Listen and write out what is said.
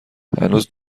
هنوز